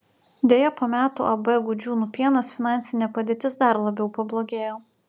deja po metų ab gudžiūnų pienas finansinė padėtis dar labiau pablogėjo